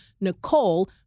Nicole